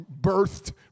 birthed